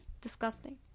disgusting